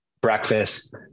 breakfast